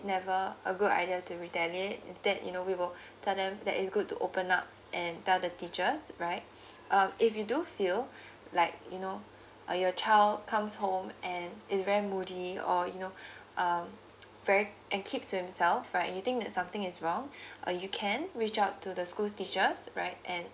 never a good idea to retaliate instead you know we will tell them that is good to open up and tell the teachers right um if you do feel like you know uh your child comes home and he's very moody or you know um very and keeps to himself right you think that something is wrong uh you can reach out to the school's teachers right and